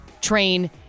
train